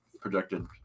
projected